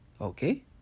Okay